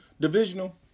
divisional